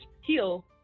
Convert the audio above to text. heal